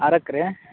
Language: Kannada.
ಆರಕ್ಕೆ ರಿ